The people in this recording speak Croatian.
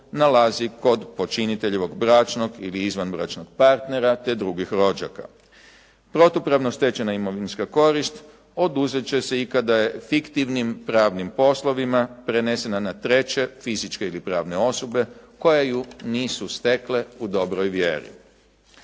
nalazi kod počiniteljevog bračnog ili izvanbračnog partnera, te drugih rođaka. Protupravno stečena imovinska korist oduzet će se i kada je fiktivnim pravnim poslovima prenesena na treće fizičke ili pravne osobe koje ju nisu stekle u dobroj vjeri.